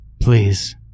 Please